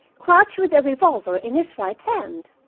crouched with a revolver in his right hand.